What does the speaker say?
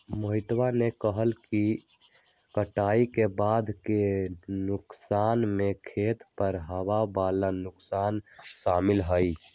मोहितवा ने कहल कई कि कटाई के बाद के नुकसान में खेत पर होवे वाला नुकसान शामिल हई